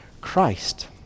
Christ